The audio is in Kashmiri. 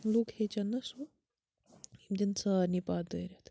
لُکھ ہیٚچھَن نہ سُہ یِم دِن سارنی پَتھ دٲرِتھ